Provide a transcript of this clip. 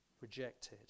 rejected